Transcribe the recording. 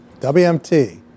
WMT